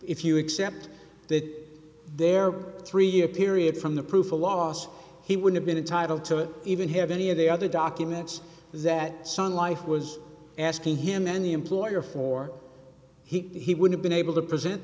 if you accept that there were three year period from the proof a loss he would have been entitled to even have any of the other documents that sun life was asking him any employer for he would have been able to present